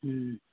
ᱦᱮᱸ